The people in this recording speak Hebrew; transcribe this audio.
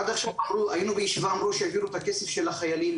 עד עכשיו היינו בישיבה אמרו שיעבירו את הכסף של החיילים,